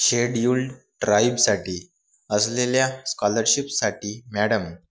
scheduled ट्राईबसाठी असलेल्या स्कॉलरशिपसाठी मॅडम